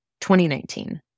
2019